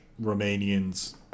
Romanians